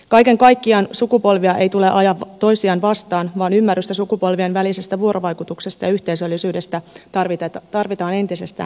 kaiken kaikkiaan sukupolvia ei tule ajaa toisiaan vastaan vaan ymmärrystä sukupolvien välisestä vuorovaikutuksesta ja yhteisöllisyydestä tarvitaan entisestään lisää